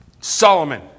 Solomon